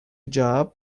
job